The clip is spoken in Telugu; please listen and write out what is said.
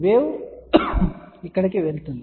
వేవ్ ఇక్కడకు వెళుతుంది